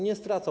Nie stracą.